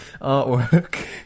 artwork